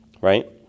right